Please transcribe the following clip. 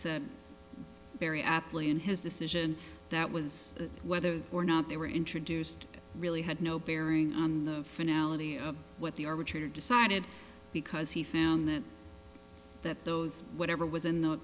said very aptly in his decision that was whether or not they were introduced it really had no bearing on the finale of what the arbitrator decided because he found that that those whatever was in the